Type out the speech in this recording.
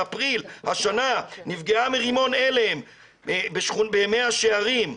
באפריל השנה נפגעה מרימון הלם במאה שערים.